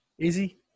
easy